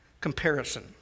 comparison